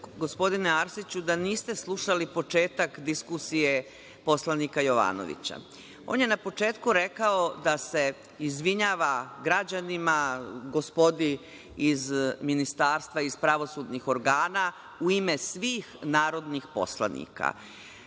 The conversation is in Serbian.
da niste slušali početak diskusije poslanika Jovanovića. On je na početku rekao da se izvinjava građanima, gospodi iz Ministarstva, iz pravosudnih organa u ime svih narodnih poslanika. Poslanička